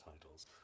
titles